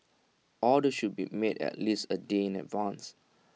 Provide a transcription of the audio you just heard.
orders should be made at least A day in advance